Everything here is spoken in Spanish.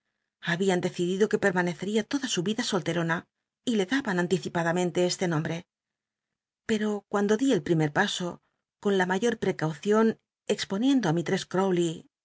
llabian decidido que petmaneceia toda su vicht solterorra y le daban nnticipadamenle este nombre pero cuando dí el primer paso con la mayor prccaucion exponiendo a mislrcss